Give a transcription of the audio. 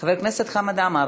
חבר הכנסת חמד עמאר,